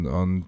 on